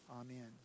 Amen